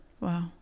wow